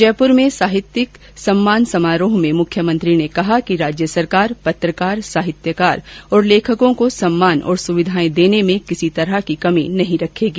जयपुर में साहित्यकार सम्मान समारोह में मुख्यमंत्री ने कहा कि राज्य सरकार पत्रकार साहित्कार और लेखकों को सम्मान और सुविधाएं देने में किसी तरह की कमी नहीं रखेगी